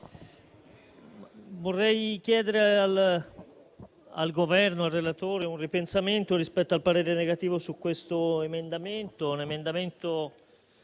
vorrei chiedere al Governo e al relatore un ripensamento rispetto al parere contrario su questo emendamento,